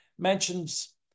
mentions